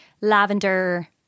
lavender